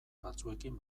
batzuekin